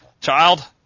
Child